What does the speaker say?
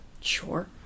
Sure